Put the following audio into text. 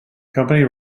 company